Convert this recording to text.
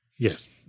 Yes